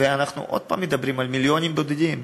ואנחנו עוד פעם מדברים על מיליונים בודדים.